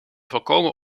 volkomen